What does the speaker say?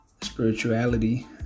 spirituality